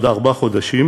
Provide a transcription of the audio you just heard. ועוד ארבעה חודשים,